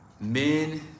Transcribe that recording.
men